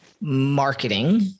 marketing